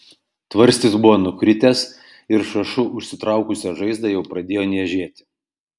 tvarstis buvo nukritęs ir šašu užsitraukusią žaizdą jau pradėjo niežėti